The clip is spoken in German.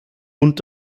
und